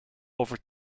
over